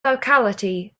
locality